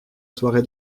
soirée